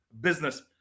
business